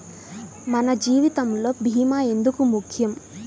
మన జీవితములో భీమా ఎందుకు ముఖ్యం?